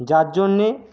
যার জন্যে